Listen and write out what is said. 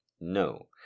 no